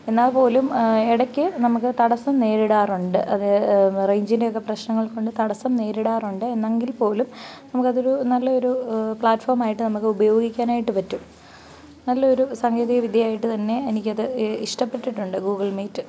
എന്നാൽപ്പോലും ഇടയ്ക്ക് നമ്മൾക്ക് തടസം നേരിടാറുണ്ട് അത് റേഞ്ചിൻ്റെയൊക്കെ പ്രശ്നങ്ങള് കൊണ്ട് തടസം നേരിടാറുണ്ട് എന്നെങ്കില്പ്പോലും നമ്മൾക്കതൊരു നല്ല ഒരു പ്ലാറ്റ്ഫോമായിട്ട് നമ്മൾക്ക് ഉപയോഗിക്കാനായിട്ട് പറ്റും നല്ല ഒരു സാങ്കേതികവിദ്യയായിട്ട് തന്നെ എനിക്കത് ഇഷ്ടപ്പെട്ടിട്ടുണ്ട് ഗൂഗിള് മീറ്റ്